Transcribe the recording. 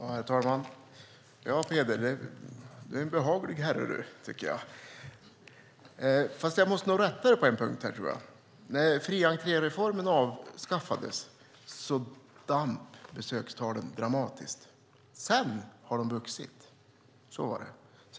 Herr talman! Ja, Peder, du är en behaglig herre. Fast jag måste nog rätta dig på en punkt. När fri entré-reformen avskaffades sjönk besökstalen dramatiskt. Sedan har de stigit. Så var det.